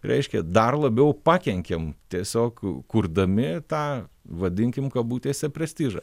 reiškia dar labiau pakenkėm tiesiog kurdami tą vadinkim kabutėse prestižą